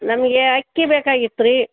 ನಮಗೆ ಅಕ್ಕಿ ಬೇಕಾಗಿತ್ತು ರೀ